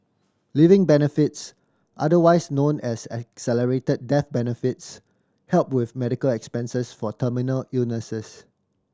living benefits otherwise known as accelerated death benefits help with medical expenses for terminal illnesses